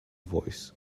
voice